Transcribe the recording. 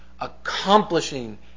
accomplishing